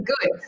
good